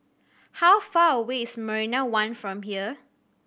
how far away is Marina One from here